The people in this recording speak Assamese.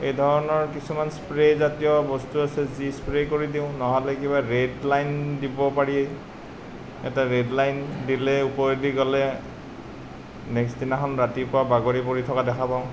এই ধৰণৰ কিছুমান স্প্ৰেজাতীয় বস্তু আছে যি স্প্ৰে কৰি দিওঁ নহ'লে কিবা ৰেড লাইন দিব পাৰি এটা ৰেড লাইন দিলে ওপৰেদি গ'লে নেক্স দিনাখন ৰাতিপুৱা বাগৰি পৰি থকা দেখা পাওঁ